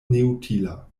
neutila